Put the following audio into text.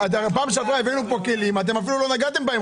בפעם שעברה הבאנו לפה כלים ואתם אפילו לא נגעתם בהם.